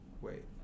wait